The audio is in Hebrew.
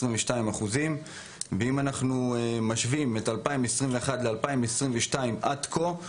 ואם נשווה את 2021 ל-2022 עד כה,